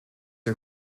are